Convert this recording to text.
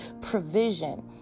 provision